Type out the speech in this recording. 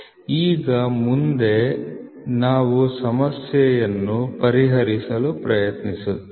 ಈಗ ಮುಂದೆ ನಾವು ಸಮಸ್ಯೆಯನ್ನು ಪರಿಹರಿಸಲು ಪ್ರಯತ್ನಿಸುತ್ತೇವೆ